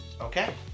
Okay